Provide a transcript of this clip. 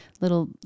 little